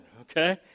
okay